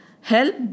help